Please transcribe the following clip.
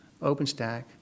openstack